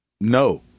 no